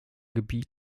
gebiet